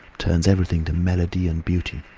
turns everything to melody and beauty